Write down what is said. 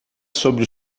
sobre